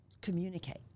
communicate